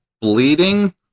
bleeding